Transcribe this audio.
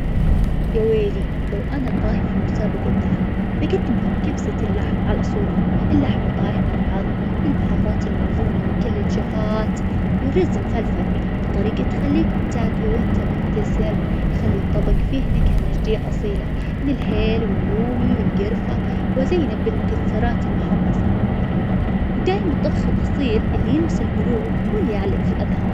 يا ويلي لو أنا طاهي في مسابقة طهي بقدم لهم كبسة اللحم على أصولها اللحم طايح من العظم بالبهارات الموزونة من كل الجهات ورز مفلفل بطريقة تخليك تاكل وإنت مبتسم خلي الطبق فيه نكهة نجدية أصيلة من الهيل واللومي والقرفة وأزينه بالمكسرات المحمصة. ودايم الطبخ الأصيل اللي يلمس القلوب هو اللي يعلق في الأذهان.